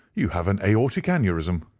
you have an aortic aneurism!